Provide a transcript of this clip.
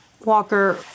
Walker